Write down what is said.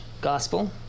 gospel